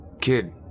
Kid